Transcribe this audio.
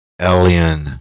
alien